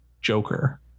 Joker